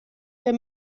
der